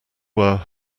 were